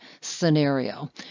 scenario